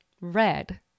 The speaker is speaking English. Red